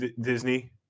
Disney